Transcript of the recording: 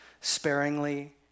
sparingly